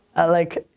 i like,